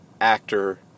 Actor